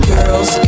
Girls